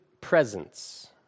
presence